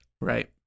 Right